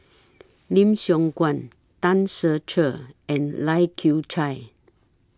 Lim Siong Guan Tan Ser Cher and Lai Kew Chai